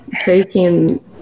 taking